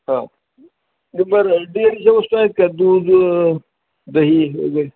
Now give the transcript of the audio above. हा बरं वस्तू आहेत का दूध दही वगैरे